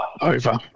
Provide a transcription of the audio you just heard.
Over